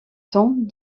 temps